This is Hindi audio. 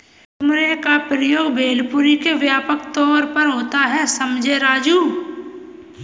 मुरमुरे का प्रयोग भेलपुरी में व्यापक तौर पर होता है समझे राजू